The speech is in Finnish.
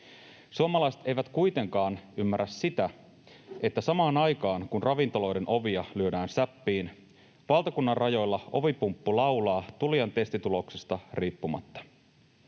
Suomalaiset eivät kuitenkaan ymmärrä sitä, että samaan aikaan, kun ravintoloiden ovia lyödään säppiin, valtakunnan rajoilla ovipumppu laulaa tulijan testituloksesta riippumatta.